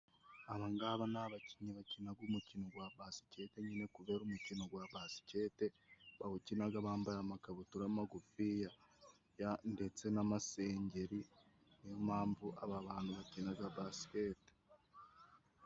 Aba ng'aba ni abakinnyi bakinaga umukino wa baskete, nyine kubera ko umukino wa baskete bawukinaga bambaye amakabutura magufiya ndetse n'amasengeri, niyo mpamvu aba bantu bakinaga baskete.